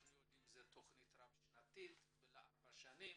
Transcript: אנחנו יודעים שזו תכנית רב שנתית לארבע שנים